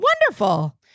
Wonderful